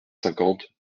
cinquante